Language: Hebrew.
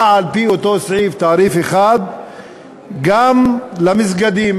על-פי אותו סעיף תעריף אחד גם למסגדים,